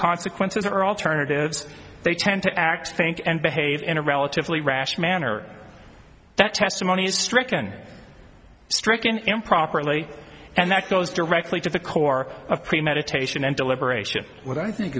consequences or alternatives they tend to act think and behave in a relatively rational manner that testimony is stricken stricken improperly and that goes directly to the core of premeditation and deliberation what i think